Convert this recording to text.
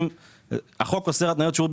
החוק אוסר על זה.